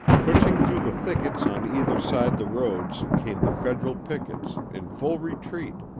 pushing through the thickets on either side the roads came the federal pickets, in full retreat,